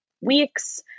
weeks